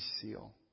SEAL